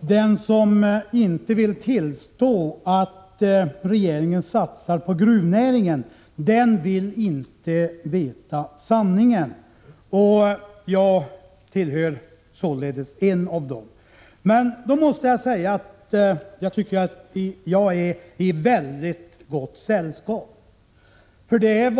den som inte vill tillstå att regeringen satsar på gruvnäringen inte vill veta sanningen — och jag är således en av dem. Men då måste jag säga att jag är i mycket gott sällskap.